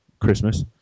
Christmas